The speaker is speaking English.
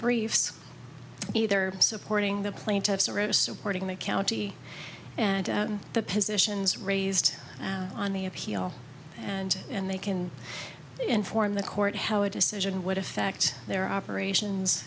briefs either supporting the plaintiffs or are supporting the county and the positions raised on the appeal and and they can inform the court how a decision would affect their operations